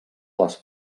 les